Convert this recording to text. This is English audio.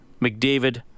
McDavid